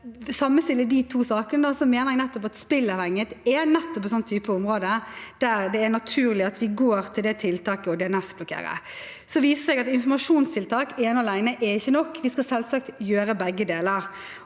sammenstiller de to sakene, mener jeg at spilleavhengighet er nettopp et sånt område der det er naturlig at vi går til det tiltaket og DNS-blokkerer. Så viser det seg at informasjonstiltak alene ikke er nok. Vi skal selvsagt gjøre begge deler.